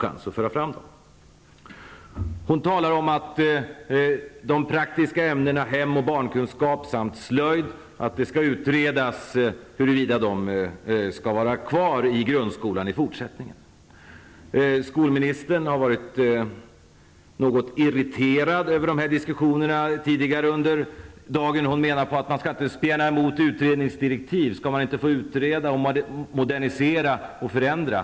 Kristina Nordin talar om att det skall utredas huruvida de praktiska ämnena hem och barnkunskap samt slöjd skall vara kvar i grundskolan i fortsättningen. Skolministern har varit något irriterad över de här diskussionerna tidigare under dagen. Hon menar att man inte skall spjärna emot utredningsdirektiv och frågar om man inte skall få utreda, modernisera och förändra.